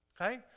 Okay